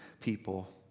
people